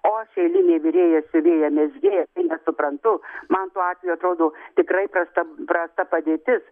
o aš eilinė virėja siuvėja mezgėja nesuprantu man tuo atveju atrodo tikrai prasta prasta padėtis